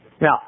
Now